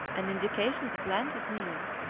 an indication that land was near,